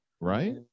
right